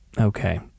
Okay